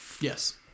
Yes